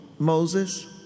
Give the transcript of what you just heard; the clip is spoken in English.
Moses